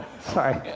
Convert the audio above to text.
Sorry